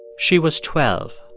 she was twelve.